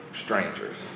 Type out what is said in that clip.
strangers